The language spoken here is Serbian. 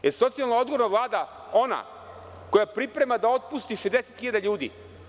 Da li je socijalno odgovorna Vlada ona koja priprema da otpusti 60.000 ljudi?